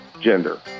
gender